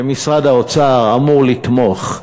שמשרד האוצר אמור לתמוך,